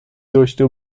داشته